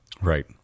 right